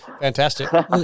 fantastic